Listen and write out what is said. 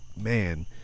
man